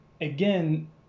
again